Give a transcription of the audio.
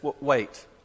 wait